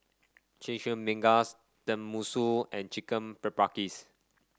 Chimichangas Tenmusu and Chicken Paprikas